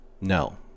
No